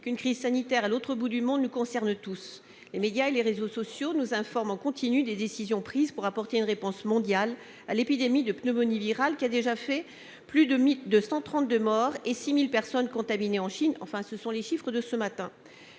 qu'une crise sanitaire à l'autre bout du monde nous concerne tous. Les médias et les réseaux sociaux nous informent en continu des décisions prises pour apporter une réponse mondiale à l'épidémie de pneumonie virale qui a déjà fait plus de 132 morts et contaminé 6 000 personnes en Chine, si je me réfère aux chiffres communiqués ce matin.